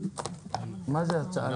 מה זה הצעה לסדר?